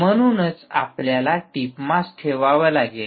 म्हणूनच आपल्याला टिप मास ठेवावे लागेल